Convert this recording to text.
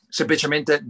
semplicemente